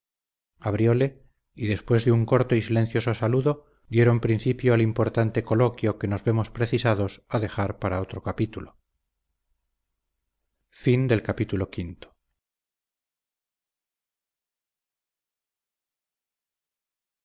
abrióle y después de un corto y silencioso saludo dieron principio al importante coloquio que nos vemos precisados a dejar para otro capítulo